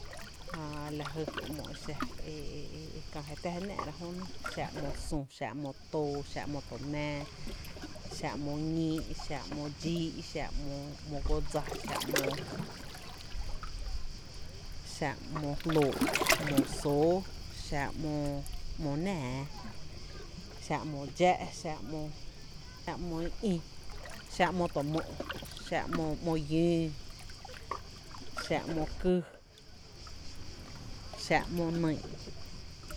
Jää lajy kie’ ‘mo e xa e e e kä je tⱥ jw nⱥⱥ’rá’ jö nɇ, xa ‘mo sü, xa ‘mo to mⱥⱥ xa ‘mo ñii’, xa ‘mo dxíí, xa ‘mo ‘mo guo dsa, xa ‘mo, xa ‘mo jloo’, ‘mo sóoó xa ‘mo náaá, xa ‘mo dxá’, xa ‘mo i ï, xa ‘mo tö mó’, xa ‘mo lloo, xa ‘mo kýý xa ‘mo nyy’.